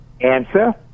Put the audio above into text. Answer